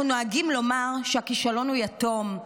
אנחנו נוהגים לומר שהכישלון הוא יתום.